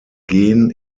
gen